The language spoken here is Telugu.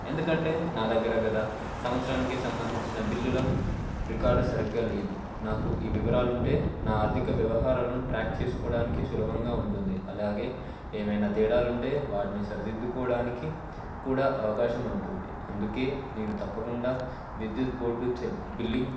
ఎందుకంటే నా దగ్గర గత సంవత్సరానికి సంబంధించిన బిల్లుల రికార్డు సరిగ్గా లేదు నాకు ఈ వివరాలు ఉంటే నా ఆర్థిక వ్యవహారాలను ట్రాక్ చేసుకోవడానికి సులభంగా ఉంటుంది అలాగే ఏమైనా తేడాలు ఉంటే వాటిని సరిదిద్దుకోవడానికి కూడా అవకాశం ఉంటుంది అందుకే నేను తప్పకుండా విద్యుత్ బోర్డు చెల్లు బిల్లింగ్